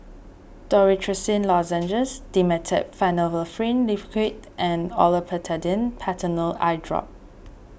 Dorithricin Lozenges Dimetapp Phenylephrine Liquid and Olopatadine Patanol Eyedrop